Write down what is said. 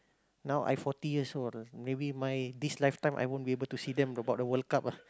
now I forty years old maybe my this lifetime I won't be able to see them go about the World-Cup